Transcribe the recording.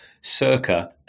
circa